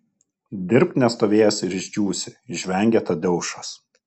dirbk nestovėjęs ir išdžiūsi žvengia tadeušas